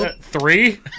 three